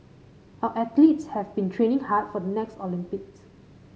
our athletes have been training hard for the next Olympics